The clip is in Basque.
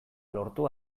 lortu